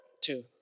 two